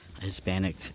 Hispanic